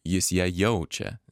jis ją jaučia